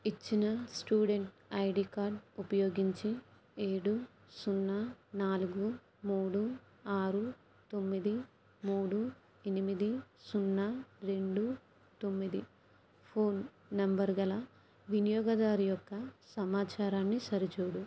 ఇచ్చిన student ID card ఉపయోగించి ఏడు సున్నా నాలుగు మూడు ఆరు తొమ్మిది మూడు ఎనిమిది సున్నా రెండు తొమ్మిది ఫోన్ నంబరు గల వినియోగదారు యొక్క సమాచారాన్ని సరిచూడు